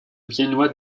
viennois